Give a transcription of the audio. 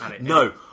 No